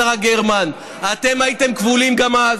השרה גרמן: גם אתם הייתם כבולים אז.